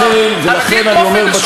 לכן אני אומר,